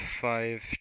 five